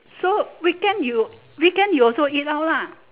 so weekend you weekend you also eat out lah